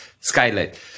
skylight